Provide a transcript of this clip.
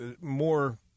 more